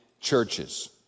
churches